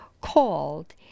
called